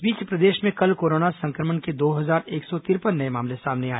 इस बीच प्रदेश में कल कोरोना संक्रमण के दो हजार एक सौ तिरपन नये मामले सामने आए